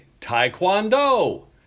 Taekwondo